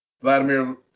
Vladimir